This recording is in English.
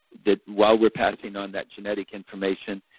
that while we're passing on that genetic information,